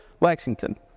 Lexington